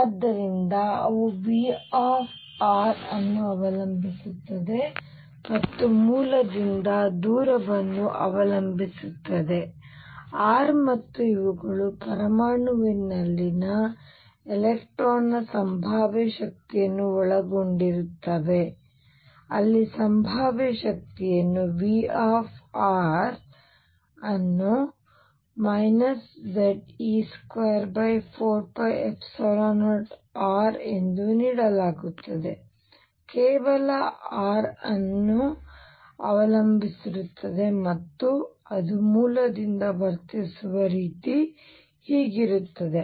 ಆದ್ದರಿಂದ ಅವು V ಅನ್ನು ಅವಲಂಬಿಸುತ್ತವೆ ಮತ್ತು ಮೂಲದಿಂದ ದೂರವನ್ನು ಅವಲಂಬಿಸಿರುತ್ತದೆ r ಮತ್ತು ಇವುಗಳು ಪರಮಾಣುವಿನಲ್ಲಿ ಎಲೆಕ್ಟ್ರಾನ್ ನ ಸಂಭಾವ್ಯ ಶಕ್ತಿಯನ್ನು ಒಳಗೊಂಡಿರುತ್ತವೆ ಅಲ್ಲಿ ಸಂಭಾವ್ಯ ಶಕ್ತಿಯನ್ನು V Ze24π0r ನೀಡಲಾಗುತ್ತದೆ ಕೇವಲ r ಅನ್ನು ಅವಲಂಬಿಸಿರುತ್ತದೆ ಮತ್ತು ಅದು ಮೂಲದಿಂದ ವರ್ತಿಸುವ ರೀತಿ ಹೀಗಿರುತ್ತದೆ